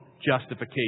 Justification